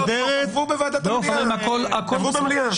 --- חברים, א',